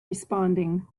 responding